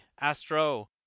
astro